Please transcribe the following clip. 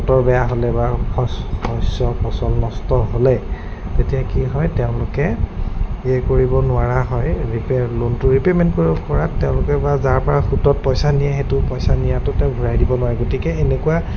বতৰ বেয়া হ'লে বা শস্যৰ ফচল নষ্ট হ'লে তেতিয়া কি হয় তেওঁলোকে এই কৰিব নোৱাৰা হয় ৰিপে লোনটো ৰিপেমেণ্ট কৰিব পৰা তেওঁলোকে বা যাৰপৰা সুতত পইচা নিয়ে সেইটো পইচা নিয়াটো তেওঁ ঘূৰাই দিব নোৱাৰে গতিকে এনেকুৱা